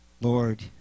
Lord